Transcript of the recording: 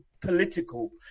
political